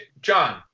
John